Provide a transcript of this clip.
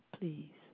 please